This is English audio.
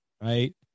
right